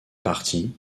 partie